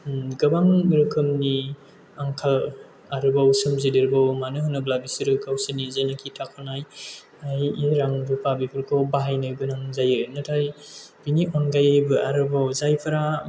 गोबां रोखोमनि आंखाल आरोबाव सोमजिदेरबावो मानो होनोब्ला बिसोरो गावसोरनि जेनोखि थाखानाय रां रुफा बेफोरखौ बाहायनो गोनां जायो नाथाय बेनि अनगायैबो आरोबाव जायफोरा